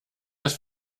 das